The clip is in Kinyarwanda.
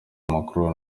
macron